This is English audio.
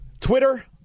Twitter